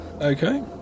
Okay